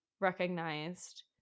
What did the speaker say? recognized